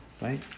right